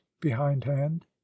behindhand